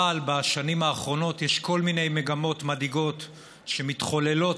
אבל בשנים האחרונות יש כל מיני מגמות מדאיגות שמתחוללות